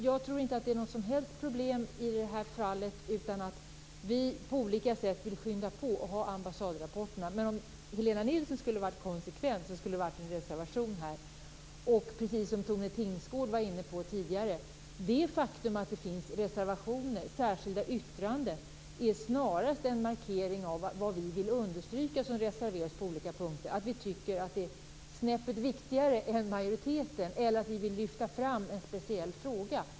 Jag tror att det inte är något som helst problem i det här fallet, utan vi vill på olika sätt skynda på och ha ambassadrapporterna. Men om Helena Nilsson skulle ha varit konsekvent skulle hon ha givit en reservation. Precis som Tone Tingsgård var inne på tidigare är det faktum att det finns reservationer och särskilda yttranden snarast en markering av vad vi vill understryka, av att vi tycker att det är snäppet viktigare än vad majoriteten tycker eller att vi vill lyfta fram en speciell fråga.